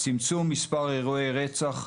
צמצום מספר אירועי רצח,